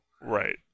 Right